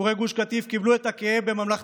עקורי גוש קטיף קיבלו את הכאב בממלכתיות,